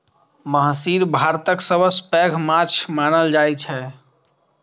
महसीर भारतक सबसं पैघ माछ मानल जाइ छै